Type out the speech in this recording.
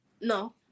No